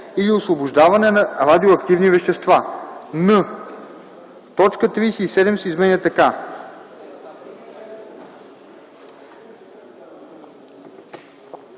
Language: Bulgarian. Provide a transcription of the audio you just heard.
или освобождаване на радиоактивни вещества.”; н) точка 37 се изменя така: